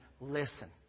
listen